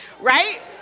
right